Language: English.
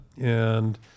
and-